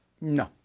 No